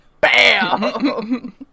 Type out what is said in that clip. Bam